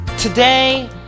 Today